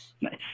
Nice